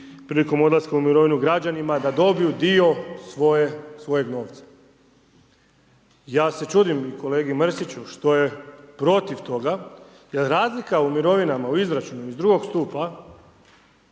prilikom odlaska u mirovini građanima da dobiju dio svojeg novca. Ja se čudim kolegi Mrsiću što je protiv toga jer razlika u mirovinama, u izračunu iz II. stupa